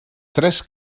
tres